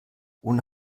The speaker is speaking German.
ohne